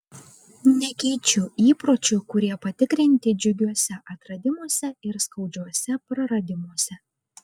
nekeičiu įpročių kurie patikrinti džiugiuose atradimuose ir skaudžiuose praradimuose